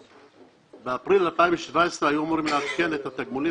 ובאפריל 2017 היו אמורים לעדכן את התגמולים